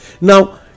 Now